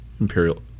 Imperial